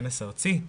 כנס ארצי.